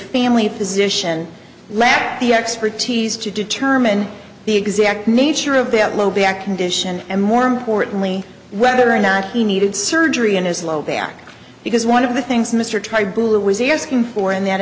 lack the expertise to determine the exact nature of that low back condition and more importantly whether or not he needed surgery on his low back because one of the things mr tribe who was asking for in that